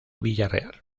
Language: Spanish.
villarreal